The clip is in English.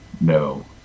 no